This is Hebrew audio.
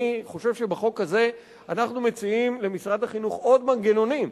אני חושב שבחוק הזה אנחנו מציעים למשרד החינוך עוד מנגנונים.